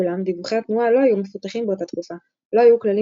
אולם דיווחי התנועה לא היו מפותחים באותה תקופה לא היו כללים